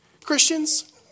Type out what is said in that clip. Christians